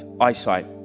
eyesight